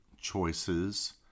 choices